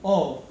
oh